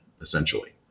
essentially